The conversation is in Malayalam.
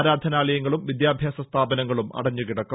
ആരാധനാലയങ്ങളും വിദ്യാഭ്യാസ സ്ഥാപങ്ങളും അടഞ്ഞുകിടക്കും